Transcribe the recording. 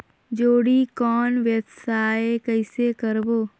जोणी कौन व्यवसाय कइसे करबो?